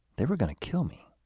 they were gonna kill me.